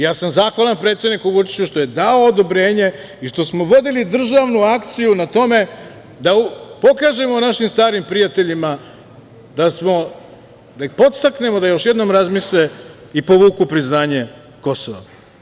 Ja sam zahvalan predsedniku Vučiću što je dao odobrenje i što smo vodili državnu akciju na tome da pokažemo našim starim prijateljima da ih podstaknemo da još jednom razmisle i povuku priznanje Kosova.